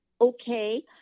okay